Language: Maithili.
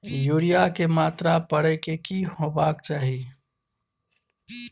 यूरिया के मात्रा परै के की होबाक चाही?